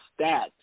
stats